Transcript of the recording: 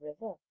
river